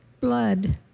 blood